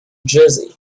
jersey